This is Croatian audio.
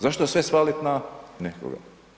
Zašto sve svalit na nekoga?